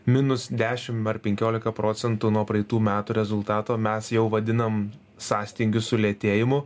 minus dešim ar penkiolika procentų nuo praeitų metų rezultato mes jau vadinam sąstingiu sulėtėjimu